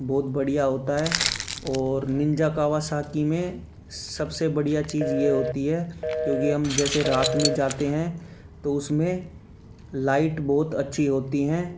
बहुत बढ़िया होता है और निंजा कावासाकी में सबसे बढ़िया चीज ये होती है क्योंकि हम जैसे रात में जाते हैं तो उसमें लाइट बहुत अच्छी होती हैं